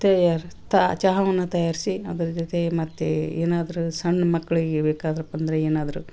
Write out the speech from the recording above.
ತಯಾರು ತಾ ಚಹಾವನ್ನ ತಯಾರಿಸಿ ಅದರ ಜೊತೆಗೆ ಮತ್ತು ಏನಾದರೂ ಸಣ್ಣ ಮಕ್ಕಳಿಗೆ ಬೇಕಾದ್ರೆ ಪಂದ್ರೆ ಏನಾದ್ರು